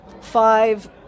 five